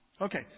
Okay